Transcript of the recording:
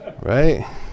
right